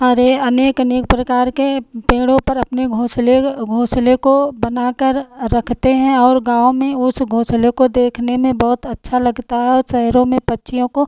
अरे अनेक अनेक प्रकार के पेड़ों पर अपने घोंसले ग घोंसले को बनाकर रखते हैं और गाँव में उस घोंसले को देखने में बहुत अच्छा लगता है और शहरों में पक्षियों को